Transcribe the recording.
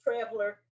traveler